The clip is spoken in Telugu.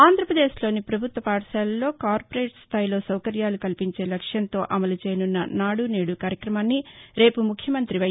ఆంధ్రప్రదేశ్లోని ప్రభుత్వ పాఠశాలల్లో కార్పొరేట్ స్థాయిలో సౌకర్యాలు కల్పించే లక్ష్యంతో అమలు చేయనున్న నాడు నేడు కార్యక్రమాన్ని రేపు ముఖ్యమంత్రి వై